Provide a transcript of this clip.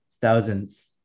thousands